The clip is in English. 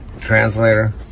translator